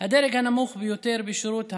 הדרג הנמוך ביותר בשירות המדינה.